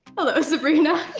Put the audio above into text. hello, sabrina.